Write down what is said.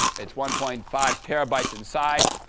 it's one point five terabytes in size.